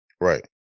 Right